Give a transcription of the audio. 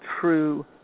true